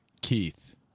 Keith